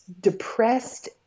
depressed